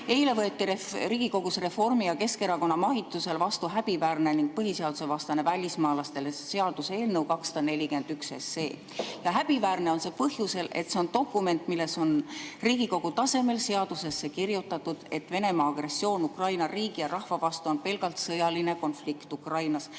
Eile võeti Riigikogus Reformierakonna ja Keskerakonna mahitusel vastu häbiväärne ning põhiseadusevastane välismaalaste seaduse eelnõu 241. Häbiväärne on see põhjusel, et see on dokument, milles on Riigikogu tasemel seadusesse kirjutatud, et Venemaa agressioon Ukraina riigi ja rahva vastu on pelgalt sõjaline konflikt Ukrainas.